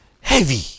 heavy